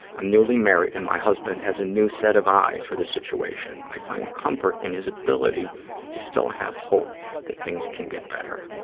i'm newly married and my husband has a new set of eyes for the situation. i find comfort in his ability to still have hope that things can get better.